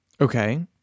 okay